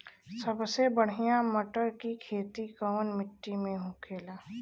सबसे बढ़ियां मटर की खेती कवन मिट्टी में होखेला?